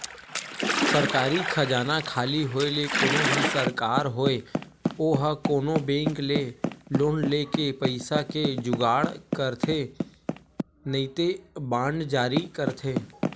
सरकारी खजाना खाली होय ले कोनो भी सरकार होय ओहा कोनो बेंक ले लोन लेके पइसा के जुगाड़ करथे नइते बांड जारी करथे